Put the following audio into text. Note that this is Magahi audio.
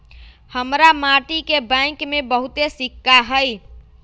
हमरा माटि के बैंक में बहुते सिक्का हई